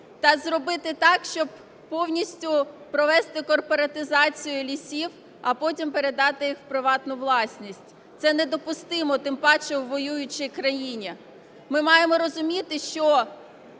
та зробити так, щоб повністю провести корпоратизацію лісів, а потім передати їх у приватну власність. Це недопустимо, тим паче у воюючій країні. Ми маємо розуміти, що